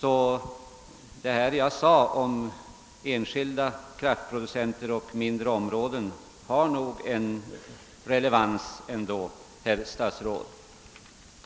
Vad jag sade om enskilda kraftproducenter och mindre områden har nog ändå sin relevans, herr statsråd.